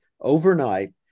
overnight